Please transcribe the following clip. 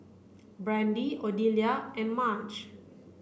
Brandy Odelia and Marge